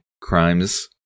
crimes